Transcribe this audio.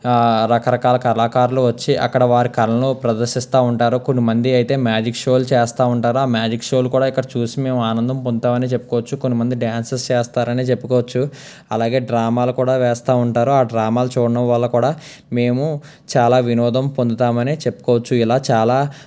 రకరకాల కళాకారులు వచ్చి అక్కడ వారి కళను ప్రదర్శిస్తూ ఉంటారు కొంతమంది అయితే మ్యాజిక్ షోలు చేస్తూ ఉంటారు ఆ మ్యాజిక్ షోలు కూడా ఇక్కడ చూసి మేము ఆనందం పొందామని చెప్పుకోవచ్చు కొంతమంది డాన్సస్ చేస్తారని చెప్పుకోవచ్చు అలాగే డ్రామాలు కూడా వేస్తూ ఉంటారు ఆ డ్రామాలు చూడడం వల్ల కూడా మేము చాలా వినోదం పొందుతామనే చెప్పుకోవచ్చు ఇలా చాలా